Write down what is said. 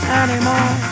anymore